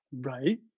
right